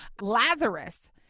Lazarus